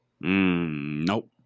Nope